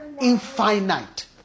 infinite